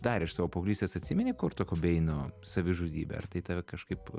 dar iš savo paauglystės atsimeni kurto kobeino savižudybę ar tai tave kažkaip